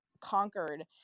conquered